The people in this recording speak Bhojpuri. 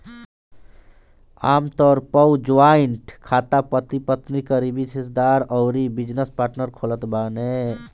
आमतौर पअ जॉइंट खाता पति पत्नी, करीबी रिश्तेदार अउरी बिजनेस पार्टनर खोलत बाने